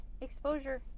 exposure